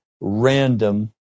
random